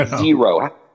Zero